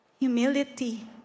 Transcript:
Humility